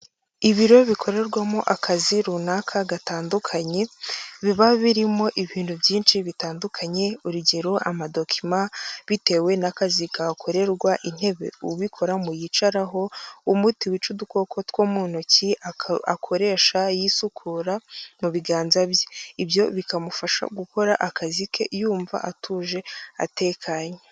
Ibiro bikorerwamo akazi runaka gatandukanye, biba birimo ibintu byinshi bitandukanye, urugero amadokima, bitewe n'akazi kahakorerwa, intebe ubikoramo yicaraho, umuti wica udukoko two mu ntoki akoresha yisukura mu biganza bye, ibyo bikamufasha gukora akazi ke yumva atuje atekanye.